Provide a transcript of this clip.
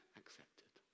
accepted